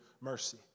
mercy